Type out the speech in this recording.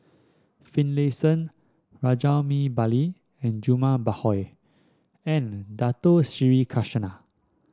Finlayson Rajabali and Jumabhoy and Dato Sri Krishna